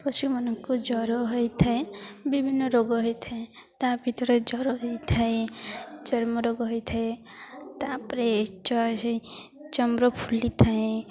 ପଶୁମାନଙ୍କୁ ଜ୍ୱର ହୋଇଥାଏ ବିଭିନ୍ନ ରୋଗ ହେଥାଏ ତା' ଭିତରେ ଜ୍ୱର ହେଥାଏ ଚର୍ମ ରୋଗ ହୋଇଥାଏ ତାପରେ ଚର୍ମ ଫୁଲିଥାଏ